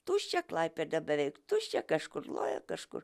tuščia klaipėda beveik tuščia kažkur loja kažkur